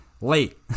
Late